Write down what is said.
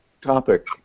topic